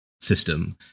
system